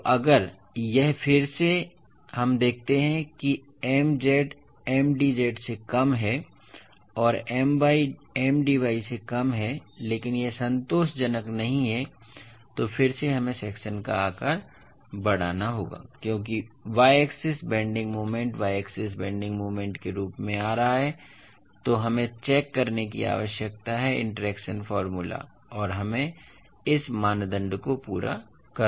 तो अगर यह फिर से अगर हम देखते हैं कि Mz Mdz से कम है और My Mdy से कम है लेकिन यह संतोषजनक नहीं है तो फिर से हमें सेक्शन का आकार बढ़ाना होगा क्योंकि biaxial bending moment biaxial bending moment के रूप में आ रहा है इसलिए हमें चेक करने की आवश्यकता है इंटरैक्शन फॉर्मूला और हमें इस मानदंड को पूरा करना होगा